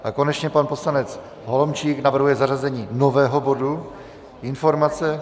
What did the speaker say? A konečně pan poslanec Holomčík navrhuje zařazení nového bodu informace...